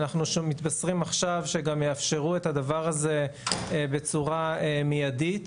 אנחנו מתבשרים עכשיו שגם יאפשרו את הדבר הזה בצורה מיידית,